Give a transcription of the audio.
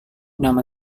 nama